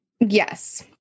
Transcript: Yes